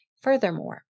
Furthermore